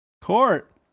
Court